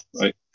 right